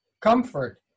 Comfort